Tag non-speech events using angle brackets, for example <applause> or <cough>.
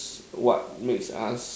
<noise> what makes us